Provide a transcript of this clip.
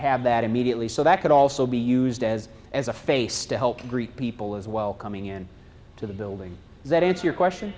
have that immediately so that could also be used as as a face to help greet people as well coming in to the building that answer your question